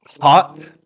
hot